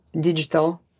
digital